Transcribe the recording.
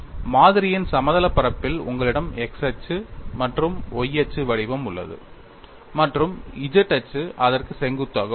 மாதிரியின் சமதளப் பரப்பில் உங்களிடம் x அச்சு மற்றும் y அச்சு வடிவம் உள்ளது மற்றும் z அச்சு அதற்கு செங்குத்தாக உள்ளது